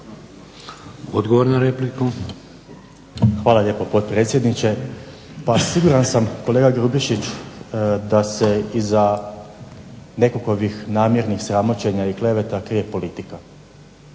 Josip (HDZ)** Hvala lijepo, potpredsjedniče. Pa siguran sam, kolega Grubišić, da se iza nekakvih namjernih sramoćenja i kleveta krije politika